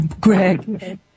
Greg